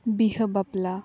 ᱵᱤᱦᱟᱹ ᱵᱟᱯᱞᱟ